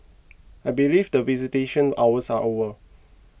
I believe the visitation hours are over